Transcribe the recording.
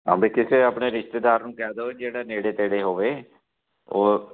ਭਾਵੇਂ ਕਿਸੇ ਆਪਣੇ ਰਿਸ਼ਤੇਦਾਰ ਨੂੰ ਕਹਿ ਦੋ ਜਿਹੜਾ ਨੇੜੇ ਤੇੜੇ ਹੋਵੇ ਉਹ